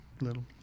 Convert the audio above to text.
Little